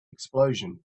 explosion